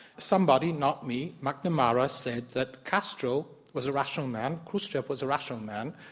somebody, not me, mcnamara, said that castro was a rational man, khrushchev was a rational man,